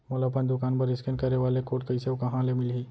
मोला अपन दुकान बर इसकेन करे वाले कोड कइसे अऊ कहाँ ले मिलही?